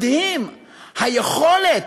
מדהימה היכולת